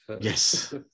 Yes